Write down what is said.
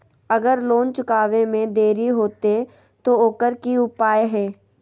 अगर लोन चुकावे में देरी होते तो ओकर की उपाय है?